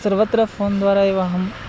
सर्वत्र फ़ोन् द्वारा एव अहम्